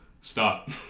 stop